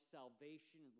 salvation